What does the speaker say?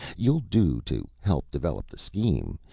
you'll do to help develop the scheme.